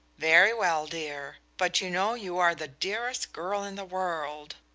very well, dear. but you know you are the dearest girl in the world.